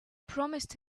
promised